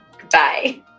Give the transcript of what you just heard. Goodbye